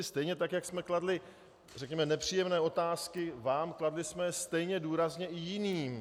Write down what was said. Stejně tak, jak jsme kladli řekněme nepříjemné otázky vám, kladli jsme je stejně důrazně i jiným.